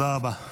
(חברי הכנסת מכבדים בקימה את זכרם של המנוחים.) תודה רבה.